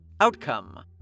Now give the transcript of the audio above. Outcome